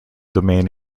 domain